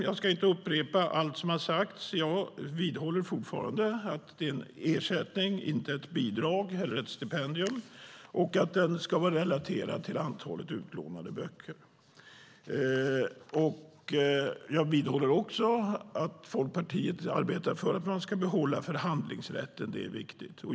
Jag ska inte upprepa allt som har sagts men vidhåller fortfarande att en ersättning inte är ett bidrag eller ett stipendium och att den ska vara relaterad till antalet utlånade böcker. Jag vidhåller också att Folkpartiet arbetar för att man ska behålla förhandlingsrätten. Det är viktigt.